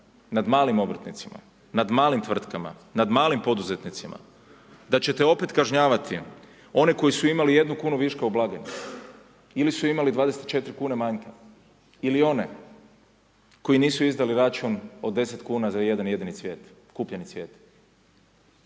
nad malim obrtnicima, nad malim tvrtkama, nad malim poduzetnicima. Da ćete opet kažnjavati one koji su imali 1 kunu viška u blagajni ili su imali 24 kune manjka ili one koji nisu izdali račun od 10 kuna za jedan jedini cvijet, kupljeni cvijet.